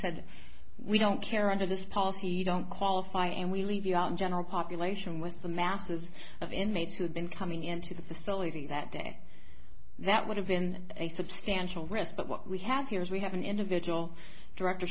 said we don't care under this policy you don't qualify and we leave you out in general population with the masses of inmates who'd been coming into the facility that day that would have been a substantial risk but what we have here is we have an individual director